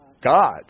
God